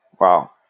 Wow